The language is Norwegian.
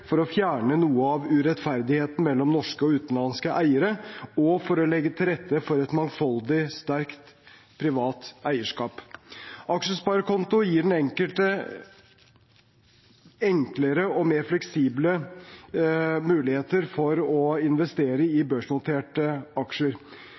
for å fjerne noe av urettferdigheten mellom norske og utenlandske eiere og for å legge til rette for et mangfoldig og sterkt privat eierskap. Aksjesparekonto gir den enkelte enklere og mer fleksible muligheter for å investere i